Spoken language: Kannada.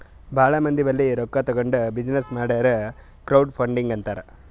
ಭಾಳ ಮಂದಿ ಬಲ್ಲಿ ರೊಕ್ಕಾ ತಗೊಂಡ್ ಬಿಸಿನ್ನೆಸ್ ಮಾಡುರ್ ಕ್ರೌಡ್ ಫಂಡಿಂಗ್ ಅಂತಾರ್